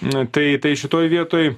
nu tai tai šitoj vietoj